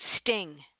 sting